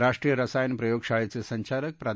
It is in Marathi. राष्ट्रीय रसायन प्रयोगशाळेचे संचालक प्रा